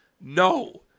No